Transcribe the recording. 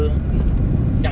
mm